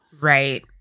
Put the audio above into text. Right